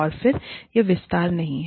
और फिर यह विस्तार नहीं है